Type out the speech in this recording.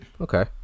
Okay